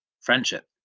friendship